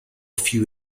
few